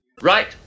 right